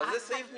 אבל זה סעיף משנה.